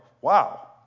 wow